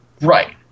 right